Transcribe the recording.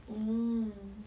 orh